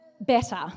better